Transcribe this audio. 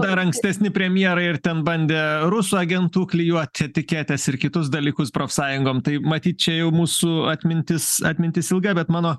dar ankstesni premjerai ir ten bandė rusų agentų klijuoti etiketes ir kitus dalykus profsąjungom tai matyt čia jau mūsų atmintis atmintis ilga bet mano